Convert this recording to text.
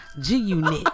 G-Unit